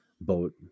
boat